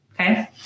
okay